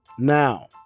Now